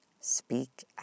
Speak